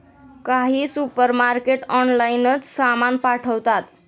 काही सुपरमार्केट ऑनलाइनच सामान पाठवतात